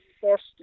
first